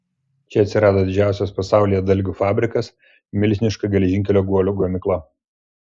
čia atsirado didžiausias pasaulyje dalgių fabrikas milžiniška geležinkelio guolių gamykla